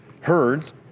heard